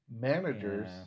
managers